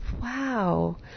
wow